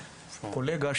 קולגה,